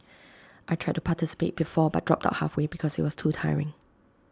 I tried to participate before but dropped out halfway because IT was too tiring